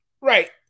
right